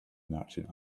merchant